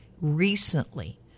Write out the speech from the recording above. recently